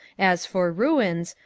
as for ruins,